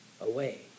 away